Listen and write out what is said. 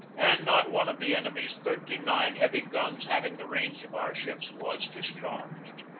and not one of the enemy's thirty-nine heavy guns having the range of our ships was discharged.